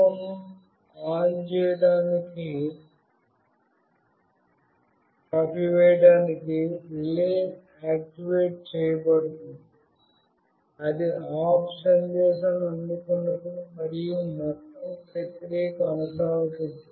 దీపం ఆపివేయడానికి relay activate చేయబడింది అది ఆఫ్ సందేశాన్ని అందుకున్నప్పుడు మరియు మొత్తం ప్రక్రియ కొనసాగుతుంది